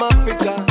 Africa